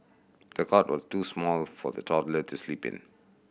the cot was too small for the toddler to sleep in